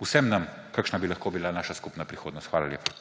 vsem nam, kakšna bi lahko bila naša skupna prihodnost. Hvala lepa.